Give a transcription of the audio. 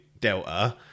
delta